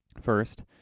First